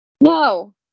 No